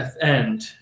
end